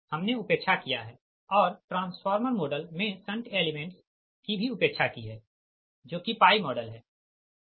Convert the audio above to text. हमने उपेक्षा किया है और ट्रांसफार्मर मॉडल मे शंट एलिमेंट्स की भी उपेक्षा की है जो कि पाई मॉडल है